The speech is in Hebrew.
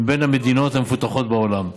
מבין המדינות המפותחות בעולם,